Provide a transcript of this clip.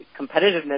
competitiveness